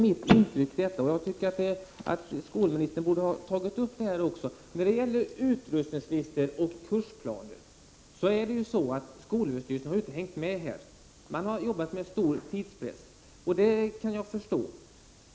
Mitt intryck är, och det tycker jag att skolmininstern borde ha tagit upp, att skolöverstyrelsen inte har hängt med då det gällt utrustningslistor och kursplaner. Skolöverstyrelsen har jobbat med stor tidspress. Det kan jag förstå.